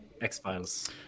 X-Files